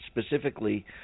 specifically